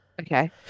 Okay